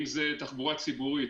אם זה תחבורה ציבורית,